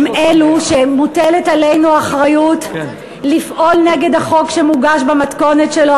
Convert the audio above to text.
מוטלת עלינו האחריות לפעול נגד החוק שמוגש במתכונת שלו,